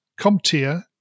CompTIA